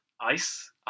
Ice